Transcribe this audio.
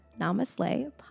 Namaste